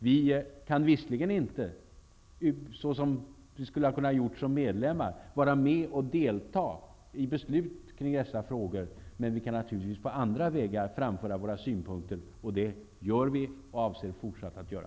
Vi kan visserligen inte, såsom vi skulle ha kunnat göra som medlem, delta i beslut om dessa frågor, men vi kan naturligtvis på andra vägar framföra våra synpunkter. Det gör vi, och det avser vi att fortsätta att göra.